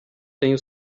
tenho